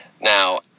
now